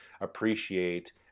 appreciate